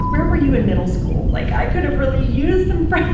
where were you in middle school? like, i could have really used some friends.